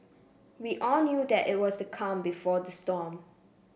we all knew that it was the calm before the storm